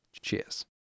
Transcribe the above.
Cheers